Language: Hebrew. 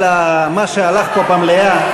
מה שהלך פה במליאה,